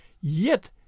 Yet